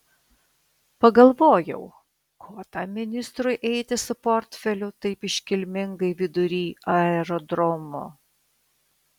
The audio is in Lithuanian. pagalvojau ko tam ministrui eiti su portfeliu taip iškilmingai vidury aerodromo